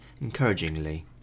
encouragingly